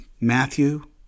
Matthew